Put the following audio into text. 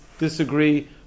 Disagree